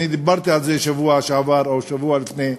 אני דיברתי על זה בשבוע שעבר או בשבוע לפניו,